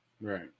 Right